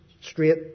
straight